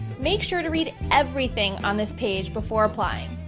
make sure to read everything on this page before applying.